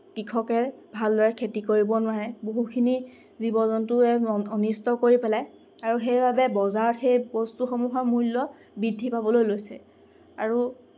কৃষকে ভালদৰে খেতি কৰিব নোৱাৰে বহুখিনি জীৱ জন্তুৱে অনিষ্ট কৰি পেলায় আৰু সেইবাবে বজাৰত সেই বস্তুসমূহৰ মূল্য বৃদ্ধি পাবলৈ লৈছে আৰু